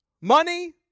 Money